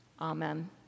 Amen